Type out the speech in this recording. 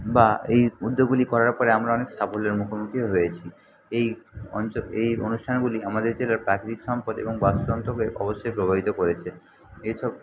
বা এই উদ্যোগগুলি করার পরে আমরা অনেক সাফল্যের মুখোমুখিও হয়েছি এই অঞ্চল এই অনুষ্ঠানগুলি আমাদের জেলার প্রাকৃতিক সম্পদ এবং বাস্তুতন্ত্রকে অবশ্যই প্রভাবিত করেছে এসব